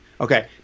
Okay